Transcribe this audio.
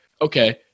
okay